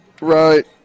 right